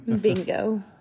Bingo